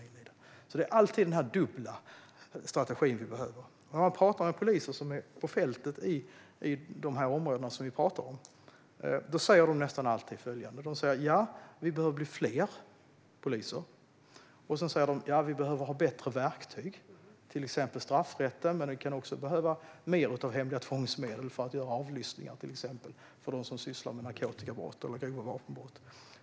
Vi behöver alltså alltid denna dubbla strategi. När man talar med poliser som är på fältet i de områden som vi talar om säger de nästan alltid att de behöver bli fler poliser och att de behöver ha bättre verktyg, till exempel straffrätten men även mer av hemliga tvångsmedel för att bedriva avlyssning av dem som sysslar med narkotikabrott eller grova vapenbrott.